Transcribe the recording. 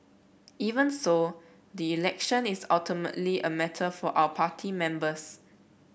even so the election is ultimately a matter for our party members